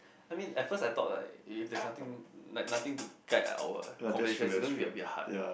I mean at first I thought like if there's nothing like nothing to guide our conversations because we're a bit hard